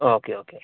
okay okay